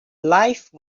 life